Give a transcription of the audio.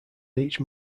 each